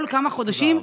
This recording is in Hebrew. כל כמה חודשים,